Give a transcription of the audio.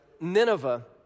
Nineveh